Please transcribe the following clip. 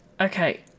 Okay